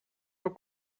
your